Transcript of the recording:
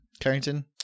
Carrington